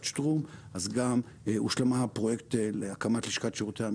שטרום אז גם הושלם הפרויקט להקמת לשכת שירותי המחשוב,